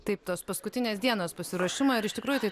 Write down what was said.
taip tos paskutinės dienos pasiruošimui ar iš tikrųjų tai